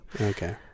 okay